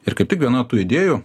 ir kaip tik viena tų idėjų